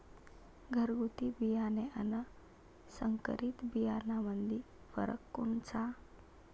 घरगुती बियाणे अन संकरीत बियाणामंदी फरक कोनचा?